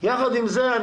יחד עם זה,